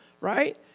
right